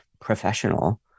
professional